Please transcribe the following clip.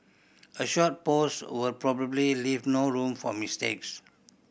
a short post will probably leave no room for mistakes